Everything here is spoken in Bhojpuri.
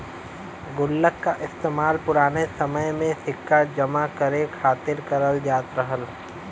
गुल्लक का इस्तेमाल पुराने समय में सिक्का जमा करे खातिर करल जात रहल